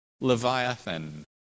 Leviathan